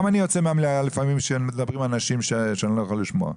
גם אני יוצא מהמליאה לפעמים כשמדברים אנשים שאני לא יכול לשמוע,